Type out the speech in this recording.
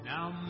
Now